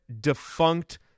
defunct